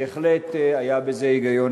בהחלט היה בזה היגיון.